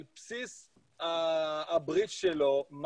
על בסיס הבריף שלו,